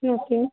okay